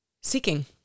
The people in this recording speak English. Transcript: seeking